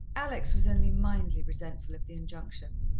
alex was only mildly resentful of the injunction.